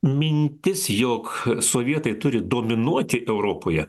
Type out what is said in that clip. mintis jog sovietai turi dominuoti europoje